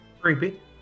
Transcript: Creepy